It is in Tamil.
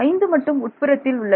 5 மட்டும் உட்புறத்தில் உள்ளது